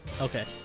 Okay